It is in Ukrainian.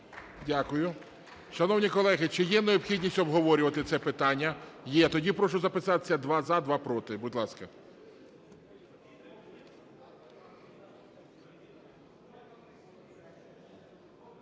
Дякую. Шановні колеги, чи є необхідність обговорювати це питання? Є, тоді прошу записатися: два – за, два – проти, будь ласка.